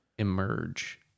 emerge